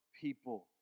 people